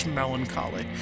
melancholy